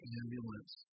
ambulance